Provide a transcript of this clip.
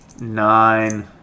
nine